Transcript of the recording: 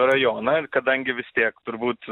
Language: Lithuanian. rajoną ir kadangi vis tiek turbūt